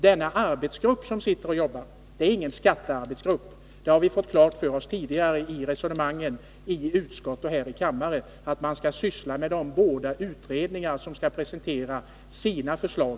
Den sittande arbetsgruppen är ingen skattearbetsgrupp. Vi har fått klart för oss av resonemangen tidigare i utskottet och här i kammaren att det är fråga om två utredningar, som skall presentera sina förslag.